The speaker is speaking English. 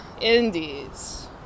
Indies